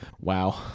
Wow